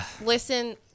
listen